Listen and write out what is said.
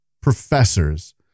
professors